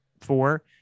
Four